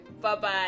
Bye-bye